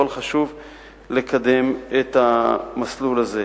אבל חשוב לקדם את המסלול הזה.